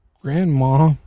grandma